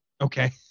Okay